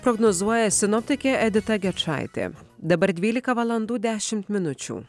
prognozuoja sinoptikė edita gečaitė dabar dvylika valandų dešimt minučių